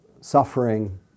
suffering